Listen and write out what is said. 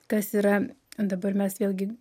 kas yra dabar mes vėlgi